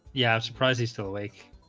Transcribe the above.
yeah. i'm surprised he's still awake.